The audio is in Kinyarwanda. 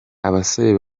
abasore